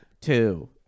Two